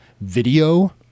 video